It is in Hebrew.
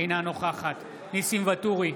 אינה נוכחת ניסים ואטורי,